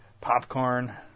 Popcorn